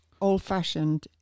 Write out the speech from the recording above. old-fashioned